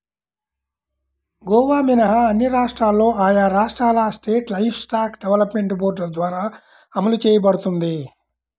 గోవా మినహా అన్ని రాష్ట్రాల్లో ఆయా రాష్ట్రాల స్టేట్ లైవ్స్టాక్ డెవలప్మెంట్ బోర్డుల ద్వారా అమలు చేయబడుతోంది